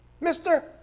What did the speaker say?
Mister